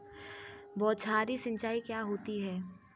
बौछारी सिंचाई क्या होती है?